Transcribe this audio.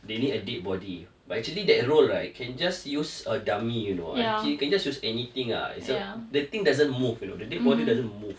they need a dead body but actually that role right can just use a dummy you know actually can just use anything ah is just the thing doesn't move you know the dead body doesn't move